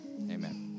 Amen